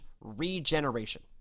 regeneration